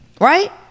Right